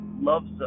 loves